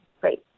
great